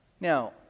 Now